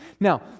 Now